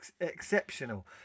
exceptional